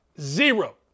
Zero